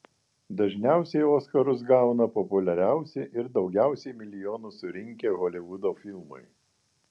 dažniausiai oskarus gauna populiariausi ir daugiausiai milijonų surinkę holivudo filmai